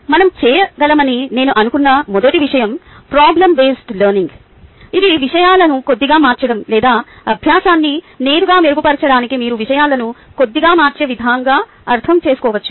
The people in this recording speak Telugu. మనం చేయగలమని నేను అనుకున్న మొదటి విషయం ప్రాబ్లమ్ బేస్డ్ లెర్నింగ్Problem based learning ఇది విషయాలను కొద్దిగా మార్చడం లేదా అభ్యాసాన్ని నేరుగా మెరుగుపరచడానికి మీరు విషయాలను కొద్దిగా మార్చే విధంగా అర్థం చేసుకోవచ్చు